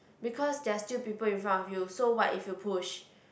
because there're still people in front of you so what if you push